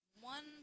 One